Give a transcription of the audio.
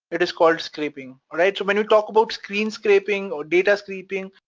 it is called scraping. alright so when you talk about screen scraping or data scraping,